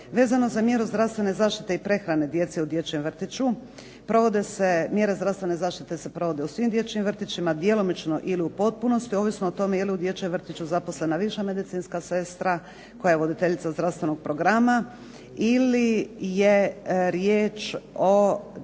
Vezano za mjeru zdravstvene zaštite i prehrane djece u dječjem vrtiću provode se mjere zdravstvene zaštite u svim dječjim vrtićima, djelomično ili u potpunosti, ovisno o tome je li u dječjem vrtiću zaposlena viša medicinska sestra koja je voditeljica zdravstvenog programa ili je riječ o dječjim